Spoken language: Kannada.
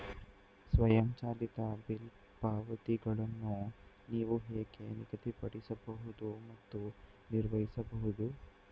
ಸ್ವಯಂಚಾಲಿತ ಬಿಲ್ ಪಾವತಿಗಳನ್ನು ನೀವು ಹೇಗೆ ನಿಗದಿಪಡಿಸಬಹುದು ಮತ್ತು ನಿರ್ವಹಿಸಬಹುದು?